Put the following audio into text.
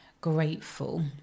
grateful